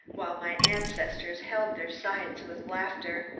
while my ancestors held their sides with laughter,